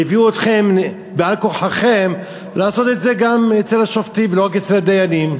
והביאו אתכם על-כורחכם לעשות את זה גם אצל השופטים ולא רק אצל הדיינים.